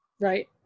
Right